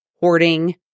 hoarding